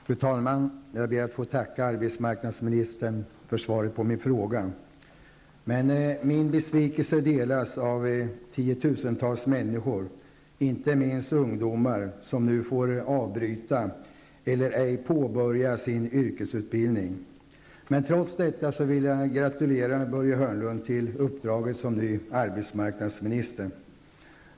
Fru talman! Jag ber att få tacka arbetsmarknadsministern för svaret på min fråga. Min besvikelse delas av tiotusentals människor, inte minst ungdomar, som nu får avbryta eller ej påbörja sin yrkesutbildning. Men trots detta vill jag gratulera Börje Hörnlund till uppdraget som ny arbetsmarknadsminister.